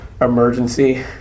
emergency